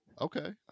Okay